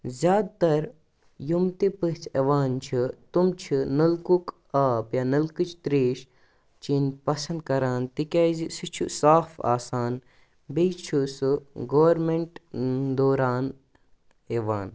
زیادٕ تَر یِم تہِ پٔژھۍ یِوان چھِ تِم چھِ نٔلکُک آب یا نلکٕچ تریٚش چیٚنۍ پَسنٛد کَران تِکیٛازِ سُہ چھُ صاف آسان بیٚیہِ چھُ سُہ گورمٮ۪نٛٹ دوران یِوان